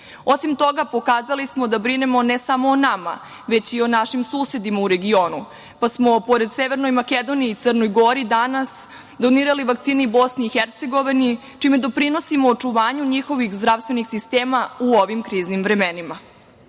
toga pokazali smo da brinemo ne samo o nama, već i našim susedima u regionu, pa smo pored Severne Makedonije i Crne Gore danas donirali vakcine i Bosni i Hercegovini, čime doprinosimo očuvanju njihovih zdravstvenih sistema u ovim kriznim vremenima. Na